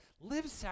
live